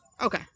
Okay